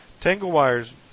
Tanglewire's